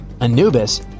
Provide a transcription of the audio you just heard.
Anubis